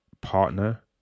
partner